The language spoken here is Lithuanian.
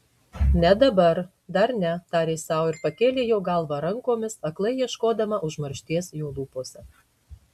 ne dabar dar ne tarė sau ir pakėlė jo galvą rankomis aklai ieškodama užmaršties jo lūpose